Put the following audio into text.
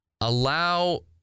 allow